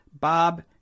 Bob